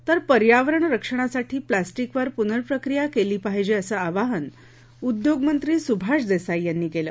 तर पर्यावरण रक्षणासाठी प्लॉस्टिकवर पुनर्प्रक्रिया केली पहिजे असं आवाहन उद्योगमंत्री सुभाष देसाई यांनी केलं